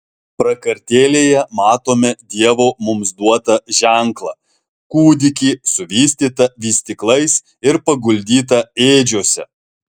prakartėlėje matome dievo mums duotą ženklą kūdikį suvystytą vystyklais ir paguldytą ėdžiose